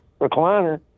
recliner